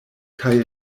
kaj